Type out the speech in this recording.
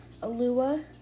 Alua